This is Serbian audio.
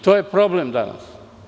To je problem danas.